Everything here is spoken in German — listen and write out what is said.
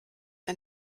ein